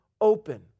open